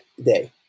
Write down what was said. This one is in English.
day